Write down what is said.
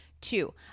Two